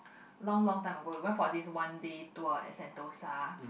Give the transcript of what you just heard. long long time ago we went for this one day tour at Sentosa